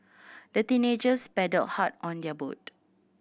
the teenagers paddled hard on their boat